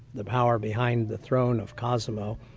the power behind the throne of cosimo.